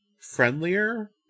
friendlier